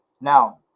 now